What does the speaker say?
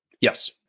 Yes